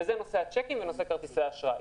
וזה נושא הצ'קים ונושא כרטיסי האשראי.